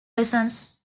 lessons